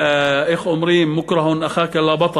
איך אומרים: מֻכְּרַה אַחַ'אכַּ לַא בַּטַל.